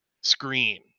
screen